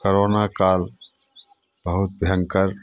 corona काल बहुत भयङ्कर